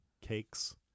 cakes